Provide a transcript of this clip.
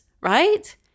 right